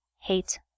hate